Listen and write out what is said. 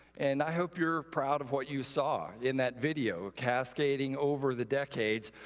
and i hope you're proud of what you saw in that video cascading over the decades,